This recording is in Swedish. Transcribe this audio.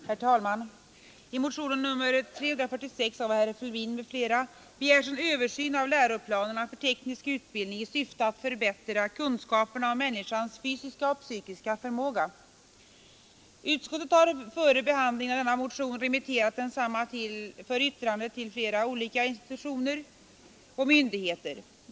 Herr talman! I motionen 346 av herr Fälldin m.fl. begärs en översyn av läroplanerna för teknisk utbildning i syfte att förbättra kunskaperna om människans fysiska och psykiska förmåga. Utskottet har före behandlingen av denna motion remitterat den för yttrande till flera olika institutioner och myndigheter.